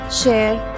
share